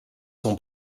son